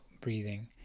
breathing